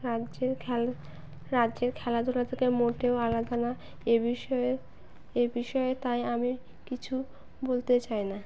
রাজ্যের রাজ্যের খেলাধুলা থেকে মোটেও আলাদা না এ বিষয়ে এ বিষয়ে তাই আমি কিছু বলতে চাই না